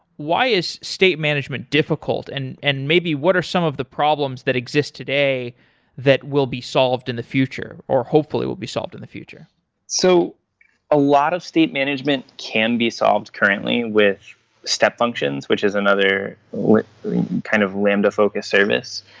why is state management difficult and and maybe what are some of the problems that exist today that will be solved in the future, or hopefully will be solved in the future so a lot of state management can be solved currently with step functions, which is another kind of lambda-focused service.